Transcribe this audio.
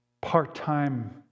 part-time